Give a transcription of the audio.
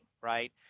right